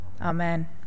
Amen